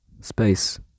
Space